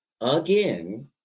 again